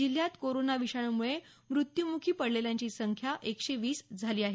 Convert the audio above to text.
जिल्ह्यात कोरोना विषाणूमुळे मृत्यूमुखी पडलेल्यांची संख्या एकशे वीस आहे